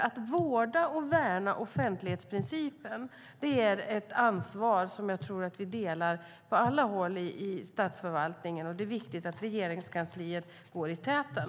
Att vårda och värna offentlighetsprincipen är nämligen ett ansvar jag tror att vi delar på alla håll i statsförvaltningen, och det är viktigt att Regeringskansliet går i täten.